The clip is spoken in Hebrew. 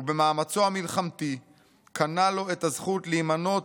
ובמאמצו המלחמתי קנה לו את הזכות להימנות